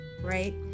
right